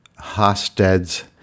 Hosted's